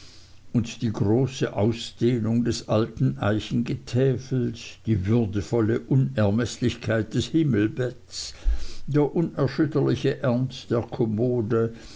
und die große ausdehnung des alten eichengetäfels die würdevolle unermeßlichkeit des himmelbetts der unerschütterliche ernst der kommode